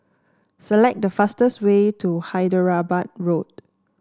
select the fastest way to Hyderabad Road